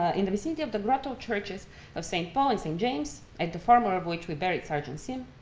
ah in the vicinity of the grotto churches of st. paul and st. james, at the former of which we buried sergeant sym,